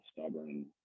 stubborn